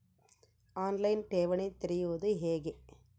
On line ಠೇವಣಿ ತೆರೆಯುವುದು ಹೇಗೆ?